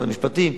משרד המשפטים,